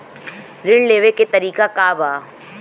ऋण लेवे के तरीका का बा?